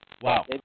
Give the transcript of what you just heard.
Wow